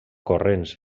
corrents